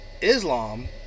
Islam